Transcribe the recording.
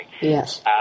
Yes